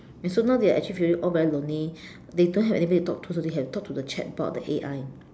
and so now they are actually feeling all very lonely they don't have anybody to talk to so they have to talk to the chat board the A_I